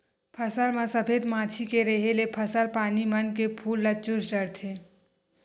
फसल म सफेद मांछी के रेहे ले फसल पानी मन के फूल ल चूस डरथे